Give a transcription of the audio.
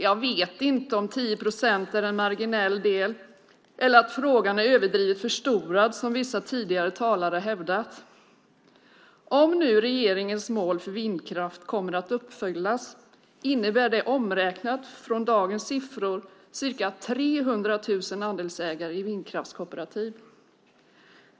Jag vet inte om 10 procent är en marginell del eller om frågan är överdrivet förstorad, som vissa tidigare talare hävdat. Om nu regeringens mål för vindkraft kommer att uppfyllas innebär det omräknat från dagens siffror ca 300 000 andelsägare i vindkraftskooperativ.